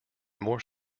more